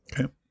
Okay